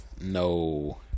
No